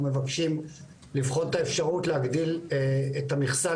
מבקשים לבחון את האפשרות להגדיל את המכסה,